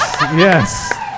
Yes